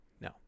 no